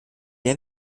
der